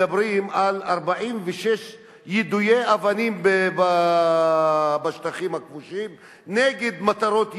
מדברים על 46 יידויי אבנים בשטחים הכבושים נגד מטרות יהודיות.